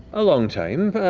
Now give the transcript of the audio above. a long time,